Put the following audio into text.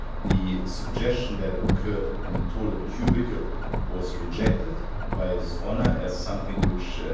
the suggestion that it occurred in a toilet cubicle was rejected by his honour as something which